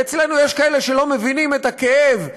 ואצלנו יש כאלה שלא מבינים את הכאב,